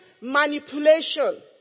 manipulation